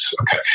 Okay